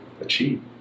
achieve